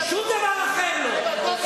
שום דבר אחר לא.